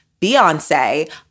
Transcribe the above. Beyonce